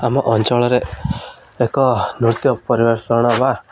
ଆମ ଅଞ୍ଚଳରେ ଏକ ନୃତ୍ୟ ପରିବେଷଣ ବା